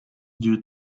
due